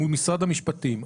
מול משרד המשפטים,